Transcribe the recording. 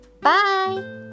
bye